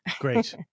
Great